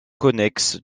connexe